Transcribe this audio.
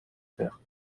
fer